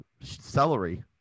celery